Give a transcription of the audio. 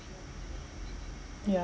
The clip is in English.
yeah